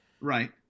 Right